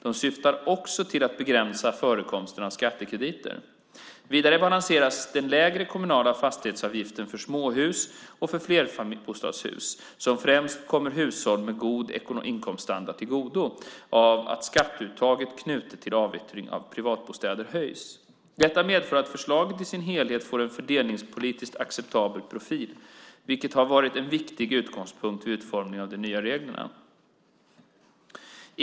De syftar också till att begränsa förekomsten av skattekrediter. Vidare balanseras den lägre kommunala fastighetsavgiften för småhus och flerbostadshus, som främst kommer hushåll med hög inkomststandard till godo, av att skatteuttaget knutet till avyttring av privatbostäder höjs. Detta medför att förslaget i sin helhet får en fördelningspolitiskt acceptabel profil, vilket har varit en viktig utgångspunkt vid utformningen av de nya reglerna.